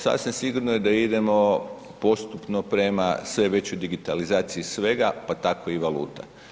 Sasvim sigurno je da idemo postupno prema sve većoj digitalizaciji svega, pa tako i valute.